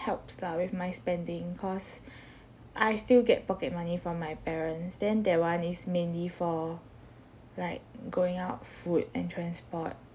helps lah with my spending cause I still get pocket money from my parents then that one is mainly for like going out food and transport